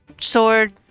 sword